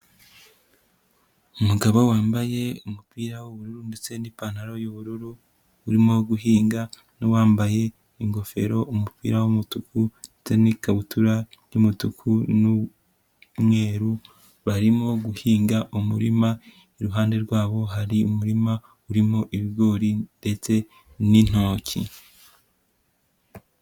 Umugabo wambaye umupira w'ubururu ndetse n'ipantaro y'ubururu, urimo guhinga n'uwambaye ingofero, umupira w'umutuku ndetse n'ikabutura y'umutuku n'mweru, barimo guhinga umurima, iruhande rwabo hari umurima urimo ibigori ndetse n'intoki.